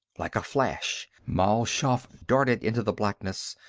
like a flash mal shaff darted into the blackness,